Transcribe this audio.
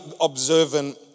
observant